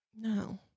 No